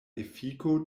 efiko